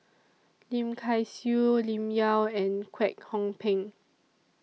Lim Kay Siu Lim Yau and Kwek Hong Png